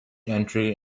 entry